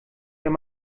wenn